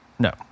No